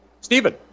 Stephen